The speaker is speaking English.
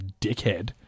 dickhead